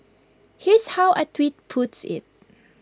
here's how A tweet puts IT